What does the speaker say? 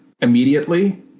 immediately